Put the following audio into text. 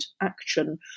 action